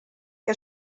que